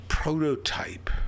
prototype